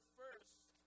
first